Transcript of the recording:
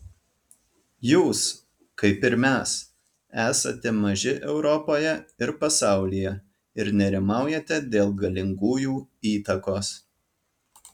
jūs kaip ir mes esate maži europoje ir pasaulyje ir nerimaujate dėl galingųjų įtakos